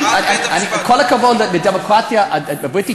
עם כל הכבוד לדמוקרטיה הבריטית,